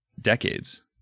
decades